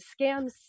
scams